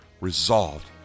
resolved